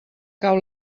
cau